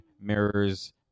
mirrors